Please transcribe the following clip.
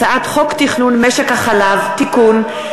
הצעת חוק תכנון משק החלב (תיקון),